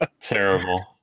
Terrible